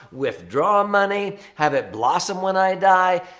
withdraw money, have it blossom when i die,